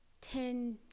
ten